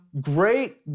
great